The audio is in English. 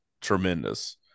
tremendous